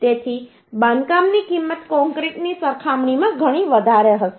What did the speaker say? તેથી બાંધકામની કિંમત કોંક્રિટની સરખામણીમાં ઘણી વધારે હશે